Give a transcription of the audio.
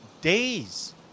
days